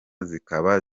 zikaba